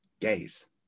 gaze